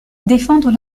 défendent